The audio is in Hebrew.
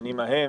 בשנים ההן,